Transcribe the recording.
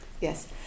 yes